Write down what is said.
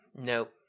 Nope